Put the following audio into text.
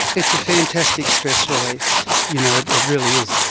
it's a fantastic stress release, you know it it really is,